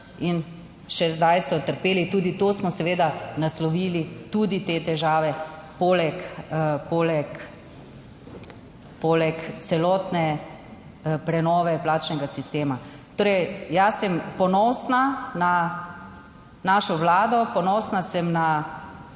in še zdaj so trpeli. Tudi to smo seveda naslovili tudi te težave poleg celotne prenove plačnega sistema. Torej, jaz sem ponosna na našo vlado, ponosna sem na